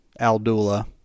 Aldula